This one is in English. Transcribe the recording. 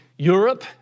Europe